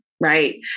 Right